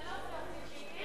זה לא פייר, ציפי.